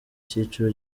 cyiciro